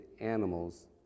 animals